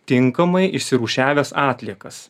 tinkamai išsirūšiavęs atliekas